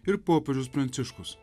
ir popiežius pranciškus